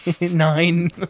Nine